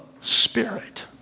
spirit